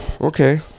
Okay